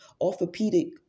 orthopedic